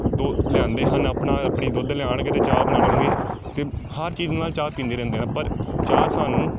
ਦੋ ਲਿਆਂਦੇ ਹਨ ਆਪਣਾ ਆਪਣੀ ਦੁੱਧ ਲਿਆਣਗੇ ਅਤੇ ਚਾਹ ਬਣਾ ਲੈਣਗੇ ਅਤੇ ਹਰ ਚੀਜ਼ ਨਾਲ ਚਾਹ ਪੀਂਦੇ ਰਹਿੰਦੇ ਹਨ ਪਰ ਚਾਹ ਸਾਨੂੰ